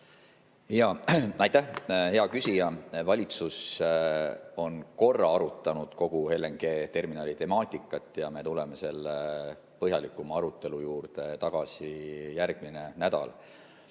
Aitäh! Hea küsija! Valitsus on korra arutanud kogu LNG‑terminali temaatikat ja me tuleme selle põhjalikuma arutelu juurde tagasi järgmine nädal.